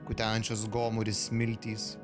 kutenančios gomurį smiltys